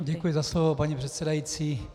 Děkuji za slovo, paní předsedající.